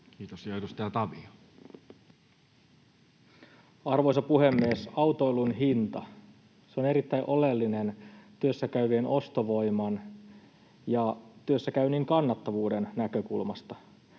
Kiitos. — Ja edustaja Tavio. Arvoisa puhemies! Autoilun hinta on erittäin oleellinen työssä käyvien ostovoiman ja työssäkäynnin kannattavuuden näkökulmasta.